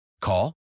Call